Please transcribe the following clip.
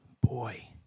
boy